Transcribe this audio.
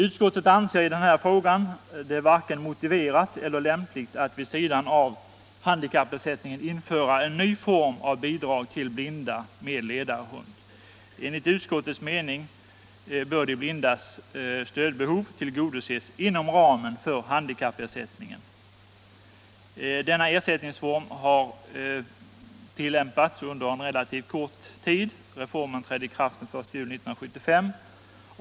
Utskottet anser det varken motiverat eller lämpligt att vid sidan av handikappersättningen införa en ny form av bidrag till blinda med ledarhund. Enligt utskottets mening bör de blindas stödbehov tillgodoses inom ramen för handikappersättningen. Denna ersättningsform har tillämpats under en relativt kort tid; reformen trädde i kraft den 1 juli 1975.